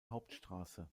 hauptstraße